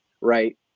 right